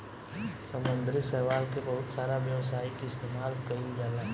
समुंद्री शैवाल के बहुत सारा व्यावसायिक इस्तेमाल कईल जाला